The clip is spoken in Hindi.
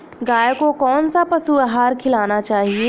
गाय को कौन सा पशु आहार खिलाना चाहिए?